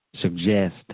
suggest